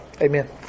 Amen